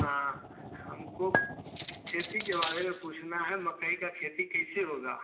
हाँ हमको खेती के बारे में पूछना है मकई की खेती कैसे होगी